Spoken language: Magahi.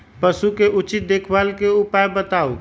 पशु के उचित देखभाल के उपाय बताऊ?